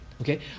okay